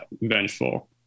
vengeful